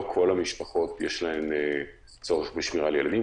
לא לכל המשפחות יש צורך בשמירה על ילדים.